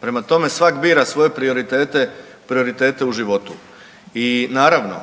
Prema tome svak bira svoje prioritete, prioritete u životu. I naravno,